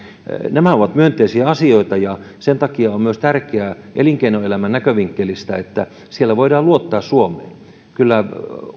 nämä ovat myönteisiä asioita ja sen takia on myös tärkeää elinkeinoelämän näkövinkkelistä että siellä voidaan luottaa suomeen kyllä